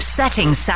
Setting